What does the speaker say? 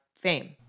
fame